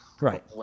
Right